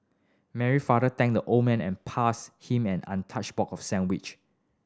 Mary father thanked the old man and passed him an untouched box of sandwich